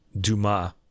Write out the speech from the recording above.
Dumas